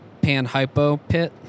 panhypopit